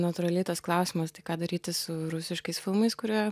natūraliai tas klausimas tai ką daryti su rusiškais filmais kurie